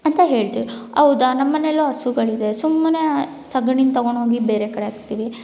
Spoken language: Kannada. ಅಂತ ಹೇಳ್ತಾರೆ ಹೌದಾ ನಮ್ಮನೆಯಲ್ಲೂ ಹಸುಗಳಿದೆ ಸುಮ್ನೆ ಸೆಗಣಿನ್ನ ತೊಗೊಂಡೋಗಿ ಬೇರೆ ಕಡೆ ಹಾಕ್ತೀವಿ